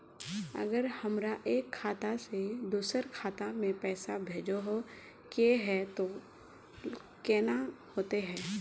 अगर हमरा एक खाता से दोसर खाता में पैसा भेजोहो के है तो केना होते है?